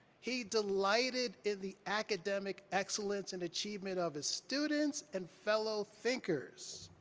he delighted in the academic excellence and achievement of his students and fellow thinkers,